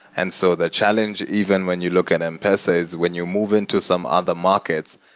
and so the challenge, even when you look at m-pesa, is when you move into some other markets,